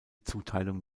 zuteilung